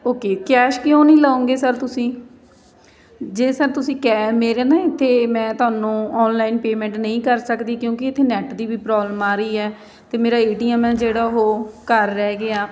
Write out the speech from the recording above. okay cash ਕਿਉਂ ਨਹੀਂ ਲਉਂਗੇ ਸਰ ਤੁਸੀਂ ਜੇ ਸਰ ਤੁਸੀਂ ਕੈ ਮੇਰੇ ਨਾ ਇੱਥੇ ਮੈਂ ਤੁਹਾਨੂੰ ਔਨਲਾਈਨ ਪੇਮੈਂਟ ਨਹੀਂ ਕਰ ਸਕਦੀ ਕਿਉਂਕਿ ਇਥੇ ਨੈੱਟ ਦੀ ਵੀ ਪ੍ਰੋਬਲਮ ਆ ਰਹੀ ਹੈ ਅਤੇ ਮੇਰਾ ਏ ਟੀ ਐੱਮ ਹੈ ਜਿਹੜਾ ਉਹ ਘਰ ਰਹਿ ਗਿਆ